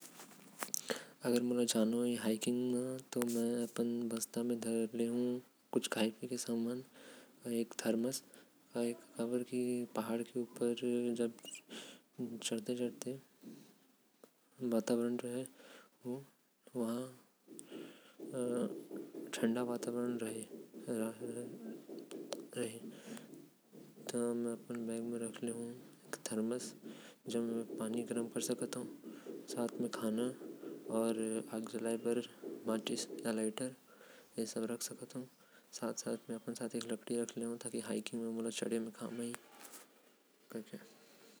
हैकिंग करत समय अपन साथ कुछ खाये। पिये के समान संग पिये के समान रखना पढ़ी। एक थरमस रखना पढ़ी जो कि गरम पानी पिलाही। एक लकड़ी रखूं जो पहाड़ चढ़त समय काम आहि। आग जलाय बर लाइटर ओर ओकर साथ गरम कपड़ा रखूं।